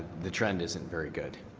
the trend isn't very good.